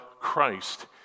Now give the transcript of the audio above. christ